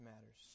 matters